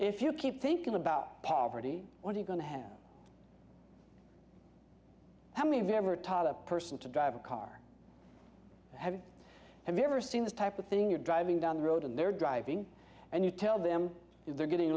if you keep thinking about poverty what are you going to have how many of you have retired a person to drive a car have you ever seen this type of thing you're driving down the road and they're driving and you tell them if they're getting a